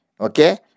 okay